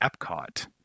Epcot